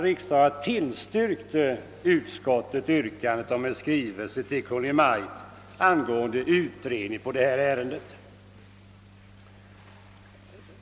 Vid dessa tillstyrkte utskottet yrkandet om en skrivelse till Kungl. Maj:t angående utredning i ärendet.